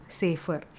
safer